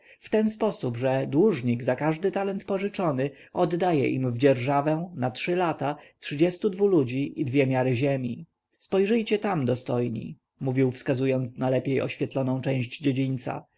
w ten sposób że dłużnik za każdy talent pożyczony oddaje im w dzierżawę na trzy lata trzydziestu dwóch ludzi i dwie miary ziemi spojrzyjcie tam dostojni mówił wskazując na lepiej oświetloną część dziedzińca